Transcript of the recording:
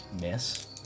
Miss